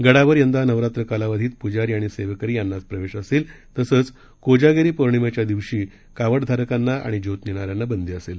गडावर यंदा नवरात्र कालावधीत पूजारी आणि सेवेकरी यांनाच प्रवेश असेल तसंच कोजागिरी पौर्णिमेच्या दिवशी कावडधारकांना आणि ज्योत नेणा यांना बंदी असेल